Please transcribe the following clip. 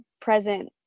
present